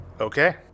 Okay